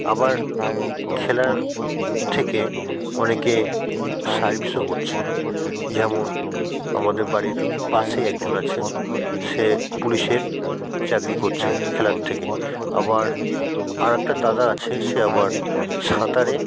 আবার খেলা থেকে অনেকে সার্ভিসও করছে যেমন আমাদের বাড়ির পাশেই একজন আছে সে পুলিশের চাকরি করছে খেলার থেকে আবার আর একটা দাদা আছে সে আবার সাঁতারে